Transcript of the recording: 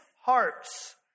hearts